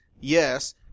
Yes